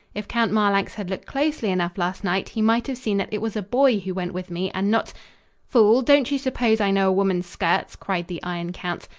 if count marlanx had looked closely enough last night he might have seen that it was a boy who went with me and not fool! don't you suppose i know a woman's skirts? cried the iron count.